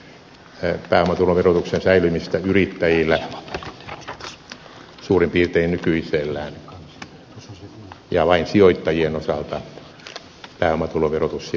se merkitsisi pääomatuloverotuksen säilymistä yrittäjillä suurin piirtein nykyisellään ja vain sijoittajien osalta pääomatuloverotus silloin kiristyisi